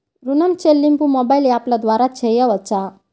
ఋణం చెల్లింపు మొబైల్ యాప్ల ద్వార చేయవచ్చా?